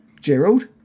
Gerald